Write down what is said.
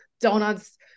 donuts